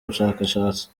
ubushakashatsi